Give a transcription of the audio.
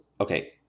okay